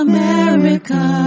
America